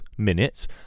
minutes